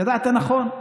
ידעת נכון,